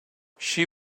she